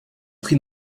pris